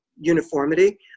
uniformity